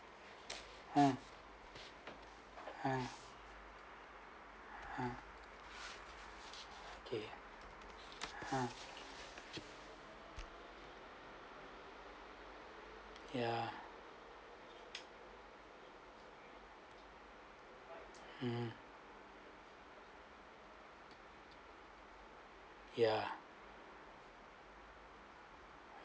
um um okay um yeah um